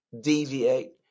deviate